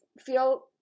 feel